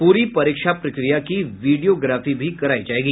पूरी परीक्षा प्रक्रिया की वीडियोग्राफी भी कराई जायेगी